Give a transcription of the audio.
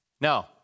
No